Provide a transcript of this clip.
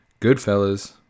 Goodfellas